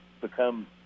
become